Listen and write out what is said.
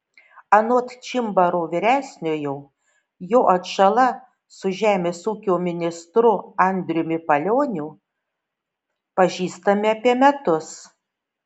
anot čimbaro vyresniojo jo atžala su žemės ūkio ministru andriumi palioniu pažįstami apie metus